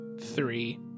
Three